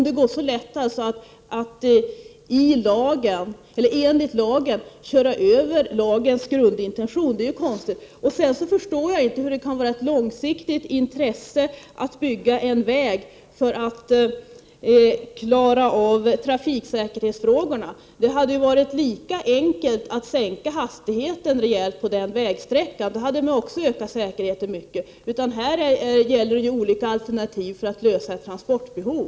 Det är ju konstigt om det går så lätt att enligt lagen köra över lagens grundintention. Jag förstår inte hur det kan vara ett långsiktigt intresse att bygga en väg för att klara av trafiksäkerhetsfrågorna. Det hade varit lika enkelt att sänka hastigheten rejält på den vägsträckan. Då hade man också ökat säkerheten mycket. Här gäller det olika alternativ för att lösa ett transportbehov.